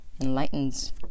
enlightens